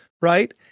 right